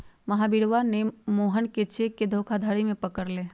महावीरवा ने मोहन के चेक के धोखाधड़ी में पकड़ लय